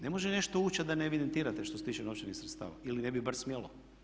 Ne može nešto ući a da ne evidentirate što se tiče novčanih sredstava ili ne bi bar smjelo.